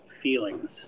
feelings